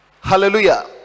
Hallelujah